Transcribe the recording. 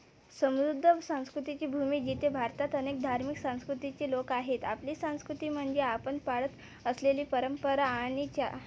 समृद्ध संस्कृतीची भूमी जिथे भारतात अनेक धार्मिक संस्कृतीचे लोक आहेत आपली संस्कृती म्हणजे आपण पाळत असलेली परंपरा आणि च्या